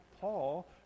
Paul